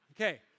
Okay